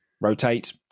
rotate